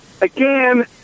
again